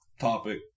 topic